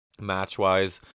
match-wise